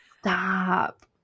stop